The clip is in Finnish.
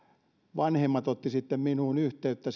vanhemmat ottivat sitten minuun yhteyttä